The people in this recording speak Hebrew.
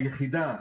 היחידה,